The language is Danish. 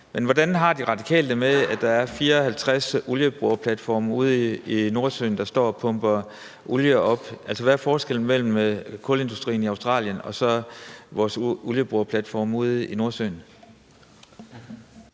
Men hvordan har De Radikale det med, at der er 54 olieboreplatforme ude i Nordsøen, der står og pumper olie op? Altså, hvad er forskellen mellem kulindustrien i Australien og vores olieboreplatforme ude i Nordsøen?